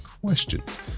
questions